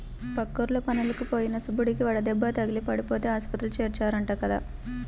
పక్కూర్లో పనులకి పోయిన సుబ్బడికి వడదెబ్బ తగిలి పడిపోతే ఆస్పత్రిలో చేర్చారంట కదా